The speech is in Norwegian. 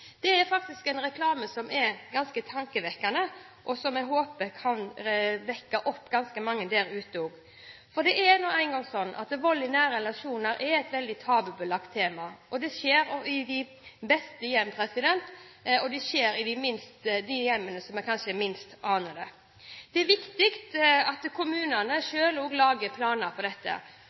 reklamen er faktisk ganske tankevekkende, og jeg håper den kan vekke opp mange der ute. For det er slik at vold i nære relasjoner er et veldig tabubelagt tema. Det skjer i de beste hjem, det skjer i de hjemmene der vi kanskje minst aner det. Det er viktig at kommunene selv lager planer for dette,